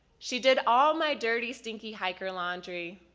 she did all my dirty stinky hiker laundry.